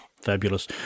Fabulous